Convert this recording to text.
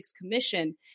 commission